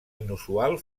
inusual